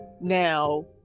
now